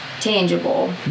tangible